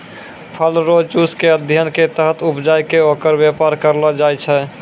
फल रो जुस के अध्ययन के तहत उपजाय कै ओकर वेपार करलो जाय छै